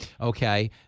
Okay